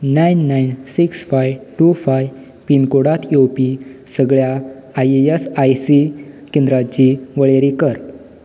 nine nine six five two five पिनकोडांत येवपी सगळ्या आयएएसआयसी केंद्रांची वळेरी कर